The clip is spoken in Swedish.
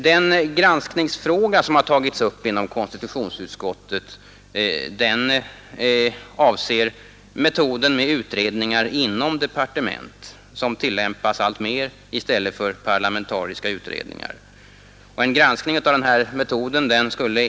Den granskningsfråga som tagits upp inom konstitutionsutskottet avser metoden med utredningar inom departement, som tillämpas alltmer i stället för parlamentariska utredningar.